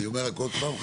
אני אומר רק עוד פעם,